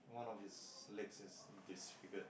one of his leg is disfigured